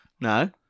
No